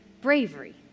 bravery